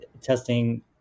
testing